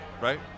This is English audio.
right